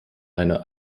seiner